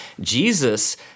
Jesus